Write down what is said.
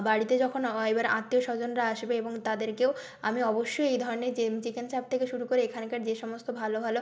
বাড়িতে যখন এবার আত্মীয় স্বজনরা আসবে এবং তাদেরকেও আমি অবশ্যই এই ধরনের যে চিকেন চাপ থেকে শুরু করে এখানকার যে সমস্ত ভালো ভালো